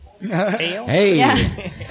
Hey